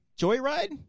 Joyride